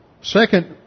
Second